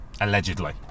Allegedly